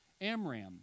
Amram